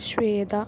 Shweta